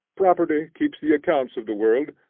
property keeps the accounts of the world,